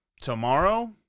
tomorrow